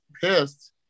pissed